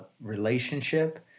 relationship